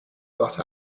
got